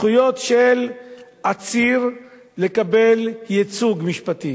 של עציר לקבל ייצוג משפטי.